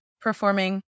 performing